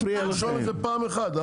לרשום את זה פעם אחת.